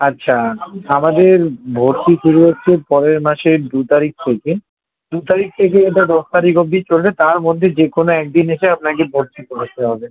আচ্ছা আমাদের ভর্তি শুরু হচ্ছে পরের মাসের দু তারিখ থেকে দু তারিখ থেকে এটা দশ তারিখ অবধি চলবে তার মধ্যে যে কোনো এক দিন এসে আপনাকে ভর্তি করাতে হবে